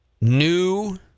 new